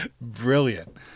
brilliant